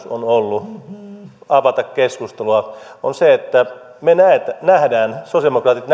on ollut tarkoitus avata keskustelua siitä että me sosialidemokraatit